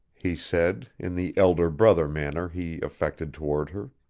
he said, in the elder-brother manner he affected toward her.